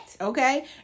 Okay